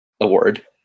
award